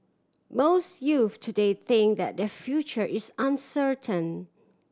most youths today think that their future is uncertain